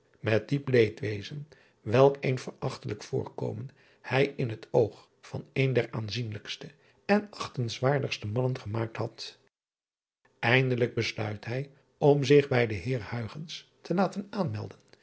met diep leedwezen welk een verachtelijk voorkomen hij in het oog van een der aanzienlijkste en achtenswaardigste mannen gemaakt had indelijk besluit hij om zich bij den eer te laten aanmelden